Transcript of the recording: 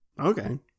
okay